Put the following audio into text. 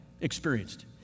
experienced